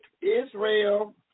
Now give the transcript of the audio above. Israel